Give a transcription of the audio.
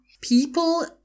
people